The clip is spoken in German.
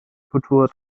kultur